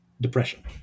depression